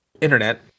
internet